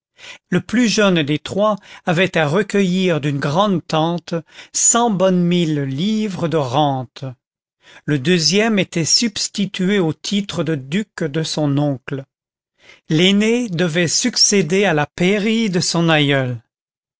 le plus jeune des trois avait à recueillir d'une grand'tante cent bonnes mille livres de rentes le deuxième était substitué au titre de duc de son oncle l'aîné devait succéder à la pairie de son aïeul